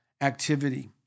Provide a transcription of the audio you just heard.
activity